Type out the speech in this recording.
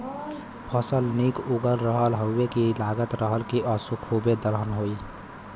फसल निक उगल रहल हउवे की लगत रहल की असों खूबे दलहन होई